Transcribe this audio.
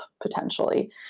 potentially